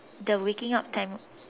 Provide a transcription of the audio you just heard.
the waking up time